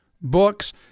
books